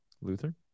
Luther